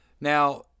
now